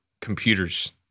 computers